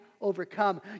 overcome